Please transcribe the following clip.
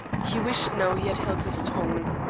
he wished now he had held his tongue.